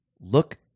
look